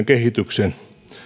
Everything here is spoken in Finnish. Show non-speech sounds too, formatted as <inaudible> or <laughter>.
<unintelligible> kehityksen